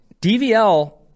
DVL